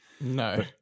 No